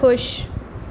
ਖੁਸ਼